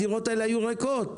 הדירות האלה היו ריקות.